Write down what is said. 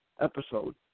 episode